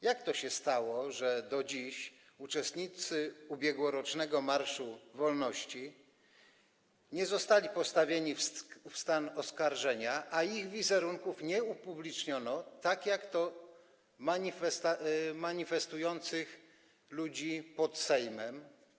Jak to się stało, że do dziś uczestnicy ubiegłorocznego marszu wolności nie zostali postawieni w stan oskarżenia, a ich wizerunków nie upubliczniono tak jak wizerunków ludzi manifestujących pod Sejmem?